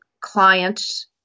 clients